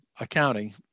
accounting